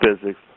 physics